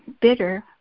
bitter